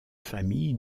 famille